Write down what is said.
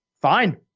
fine